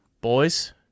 Boys